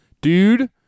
Dude